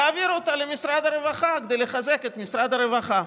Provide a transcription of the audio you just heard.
ולהעביר אותה למשרד הרווחה כדי לחזק את משרד הרווחה.